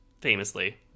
famously